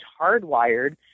hardwired